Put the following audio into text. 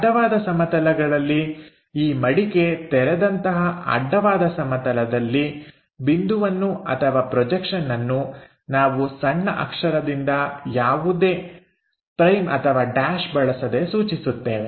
ಅಡ್ಡವಾದ ಸಮತಲಗಳಲ್ಲಿ ಈ ಮಡಿಕೆ ತೆರೆದಂತಹ ಅಡ್ಡವಾದ ಸಮತಲದಲ್ಲಿ ಬಿಂದುವನ್ನು ಅಥವಾ ಪ್ರೊಜೆಕ್ಷನ್ಅನ್ನು ನಾವು ಸಣ್ಣ ಅಕ್ಷರದಿಂದ ಯಾವುದು ಯಾವುದೇ ' ʹ ' ಬಳಸದೇ ಸೂಚಿಸುತ್ತೇವೆ